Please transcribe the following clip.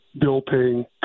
bill-paying